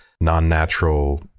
non-natural